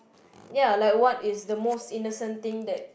ya like what is the most innocent thing that